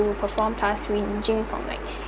to perform task from like